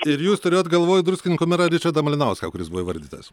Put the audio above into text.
ir jūs turėjot galvoj druskininkų merą ričardą malinauską kuris buvo įvardytas